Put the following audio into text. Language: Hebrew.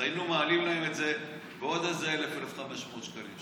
אז היינו מעלים להם את זה בעוד איזה 1,000 1,500 שקלים,